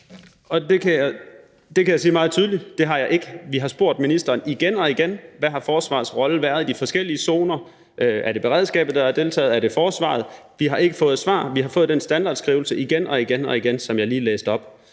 Det kan jeg sige meget tydeligt: Det har jeg ikke. Vi har spurgt ministeren igen og igen, hvad forsvarets rolle har været i de forskellige zoner. Er det beredskabet, der har deltaget? Er det forsvaret? Vi har ikke fået svar. Vi har fået den standardskrivelse igen og igen og igen, som jeg lige læste op.